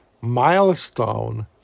milestone